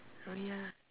oh yeah